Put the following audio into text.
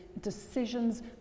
Decisions